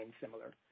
similar